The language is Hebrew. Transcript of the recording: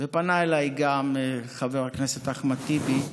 ופנה אליי גם חבר הכנסת אחמד טיבי.